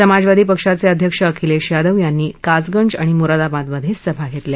समाजवादी पक्षाच अध्यक्ष अखिलध्वत यादव यांनी कासगंज आणि मुरादाबादमधसिभा घत्तिल्या